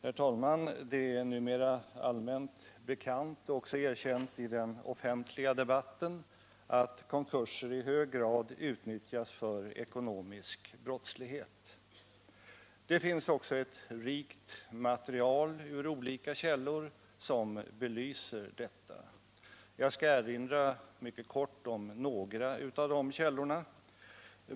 Herr talman! Det är numera allmänt bekant och även erkänt i den offentliga debatten att konkurser i hög grad utnyttjas för ekonomisk brottslighet. Det finns också ett rikt material ur olika källor som belyser detta. Jag skall erinra mycket kort om några av de källorna.